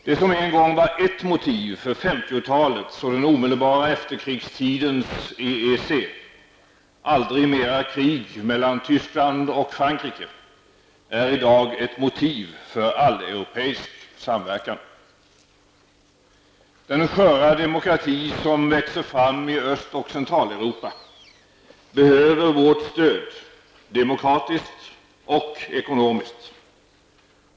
Det som en gång var ett motiv för 50-talets och den omedelbara efterkrigstidens EEC -- ''aldrig mera krig mellan Tyskland och Frankrike'' -- är i dag ett motiv för alleuropeisk samverkan. Den sköra demokrati som växer fram i Öst och Centraleuropa behöver vårt stöd, demokratiskt och ekonomiskt.